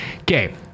Okay